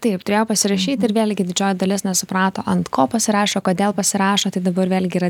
taip turėjo pasirašyti ir vėlgi didžioji dalis nesuprato ant ko pasirašo kodėl pasirašo tai dabar vėlgi yra